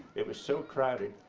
it was so crowded,